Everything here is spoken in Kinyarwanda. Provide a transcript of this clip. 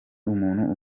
umuntu